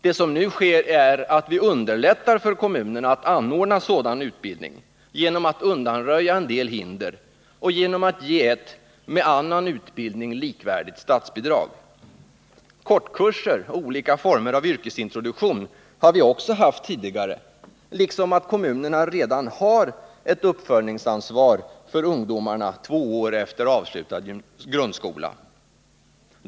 Det som nu sker är att vi underlättar för kommunerna att anordna sådan genom att undanröja en del hinder och genom att ge ett med annan utbildning likvärdigt statsbidrag. Kortkurser och olika former av yrkesintroduktion har vi också haft tidigare, och kommunerna har redan nu ett uppföljningsansvar för ungdomarna två år efter avslutad grundskola.